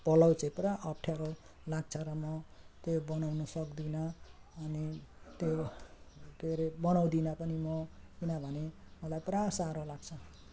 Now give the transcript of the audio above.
पोलाउ चाहिँ पुरा अप्ठ्यारो लाग्छ र म त्यो बनाउन सक्दिनँ अनि त्यो के अरे बनाउँदिन पनि म किनभने मलाई पुरा साह्रो लाग्छ